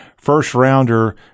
first-rounder